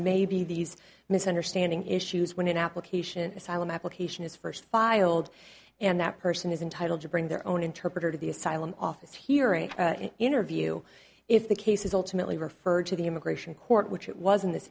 may be these misunderstanding issues when an application asylum application is first filed and that person is entitled to bring their own interpreter to the asylum office here and interview if the case is ultimately referred to the immigration court which it was